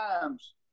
times